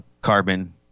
carbon